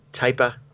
taper